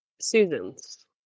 Susans